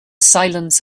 silence